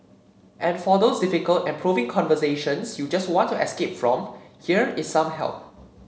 and for those difficult and probing conversations you just want to escape from here is some help